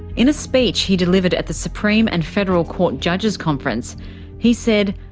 in a speech he delivered at the supreme and federal court judges conference he said,